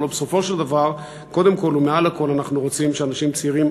הלוא בסופו של דבר קודם כול ומעל לכול אנחנו רוצים שאנשים צעירים,